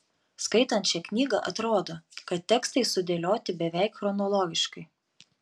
skaitant šią knygą atrodo kad tekstai sudėlioti beveik chronologiškai